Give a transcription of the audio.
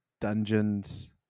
dungeons